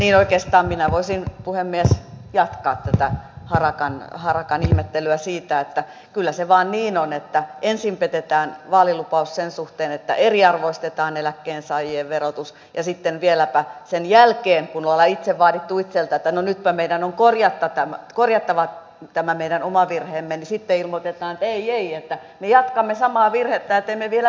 niin oikeastaan minä voisin puhemies jatkaa tätä harakan ihmettelyä siitä että kyllä se vain niin on että ensin petetään vaalilupaus sen suhteen että eriarvoistetaan eläkkeensaajien verotus ja sitten vieläpä sen jälkeen kun ollaan itse vaadittu itseltä että no nytpä meidän on korjattava tämä meidän oma virheemme ilmoitetaan että ei ei me jatkamme samaa virhettä ja teemme vielä lisävirheen